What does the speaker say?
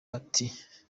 ati